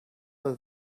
that